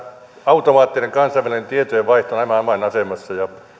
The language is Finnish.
automaattinen kansainvälinen tietojenvaihto on aivan avainasemassa ja